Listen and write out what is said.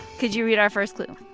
could you read our first clue?